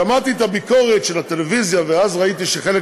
שמעתי את הביקורת של הטלוויזיה ואז ראיתי שחלק